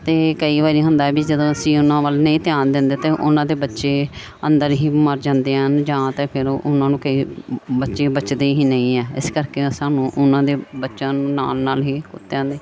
ਅਤੇ ਕਈ ਵਾਰੀ ਹੁੰਦਾ ਵੀ ਜਦੋਂ ਅਸੀਂ ਉਹਨਾਂ ਵੱਲ ਨਹੀਂ ਧਿਆਨ ਦਿੰਦੇ ਤੇ ਉਹਨਾਂ ਦੇ ਬੱਚੇ ਅੰਦਰ ਹੀ ਮਰ ਜਾਂਦੇ ਹਨ ਜਾਂ ਤਾਂ ਫਿਰ ਉਹਨਾਂ ਨੂੰ ਕਈ ਬੱਚੇ ਬਚਦੇ ਹੀ ਨਹੀਂ ਹੈ ਇਸ ਕਰਕੇ ਸਾਨੂੰ ਉਹਨਾਂ ਦੇ ਬੱਚਿਆਂ ਨੂੰ ਨਾਲ ਨਾਲ ਹੀ ਕੁੱਤਿਆਂ ਦੇ